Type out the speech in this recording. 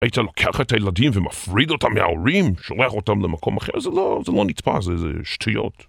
היית לוקח את הילדים ומפריד אותם מההורים? שולח אותם למקום אחר? זה לא... זה לא נתפס, זה, זה שטויות.